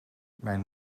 mijn